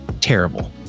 terrible